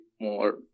more